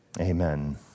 Amen